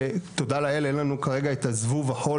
ותודה לאל אין לנו כרגע את זבוב החול